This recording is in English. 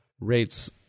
rates